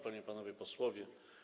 Panie i Panowie Posłowie!